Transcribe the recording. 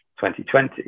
2020